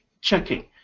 checking